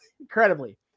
Incredibly